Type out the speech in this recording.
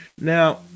Now